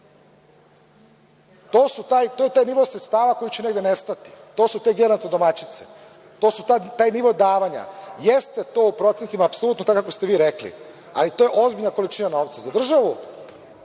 je taj nivo sredstava koji će negde nestati. To su te geronto-domaćice. To je taj nivo davanja. Jeste to u procentima apsolutno kako ste vi rekli, ali to je ozbiljna količina novca. Za državu